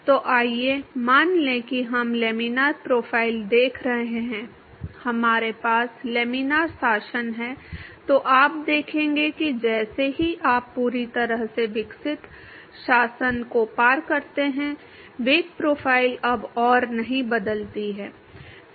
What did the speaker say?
तो आइए मान लें कि हम लैमिनार प्रोफाइल देख रहे हैं हमारे पास लैमिनार शासन है तो आप देखेंगे कि जैसे ही आप पूरी तरह से विकसित शासन को पार करते हैं वेग प्रोफ़ाइल अब और नहीं बदलती है